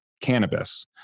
cannabis